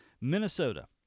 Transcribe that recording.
Minnesota